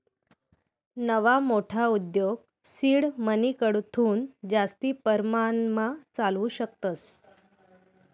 नवा मोठा उद्योग सीड मनीकडथून जास्ती परमाणमा चालावू शकतस